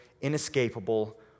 inescapable